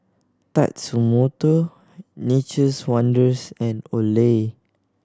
Tatsumoto Nature's Wonders and Olay